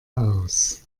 aus